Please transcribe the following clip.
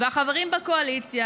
והחברים בקואליציה,